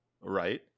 right